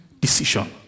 decision